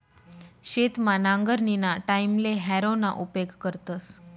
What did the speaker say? शेतमा नांगरणीना टाईमले हॅरोना उपेग करतस